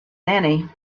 annie